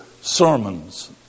sermons